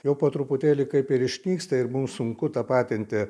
jau po truputėlį kaip ir išnyksta ir mum sunku tapatinti